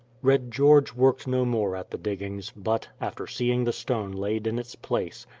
red george worked no more at the diggings, but, after seeing the stone laid in its place,